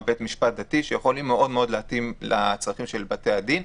בית משפט דתי שיכול להתאים לצרכים של בתי-הדין.